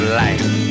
life